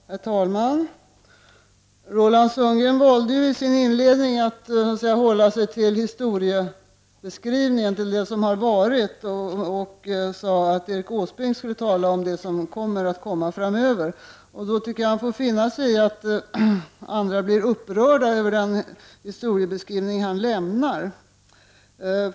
Herr talman! Roland Sundgren valde att i sin inledning hålla sig till historiebeskrivning, till det som har varit. Han sade att Erik Åsbrink skall tala om det som skall komma framöver. Då får Roland Sundgren finna sig i att andra blir upprörda över den historiebeskrivning som han lämnar.